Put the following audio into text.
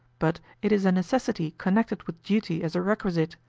but it is a necessity connected with duty as a requisite,